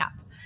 up